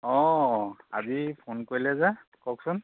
অঁ আজি ফোন কৰিলেযে কওকচোন